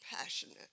passionate